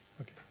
okay